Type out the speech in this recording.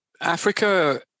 Africa